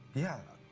yeah.